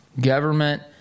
government